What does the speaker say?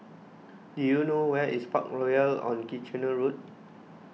do you know where is Parkroyal on Kitchener Road